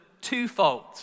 twofold